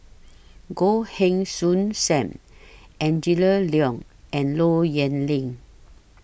Goh Heng Soon SAM Angela Liong and Low Yen Ling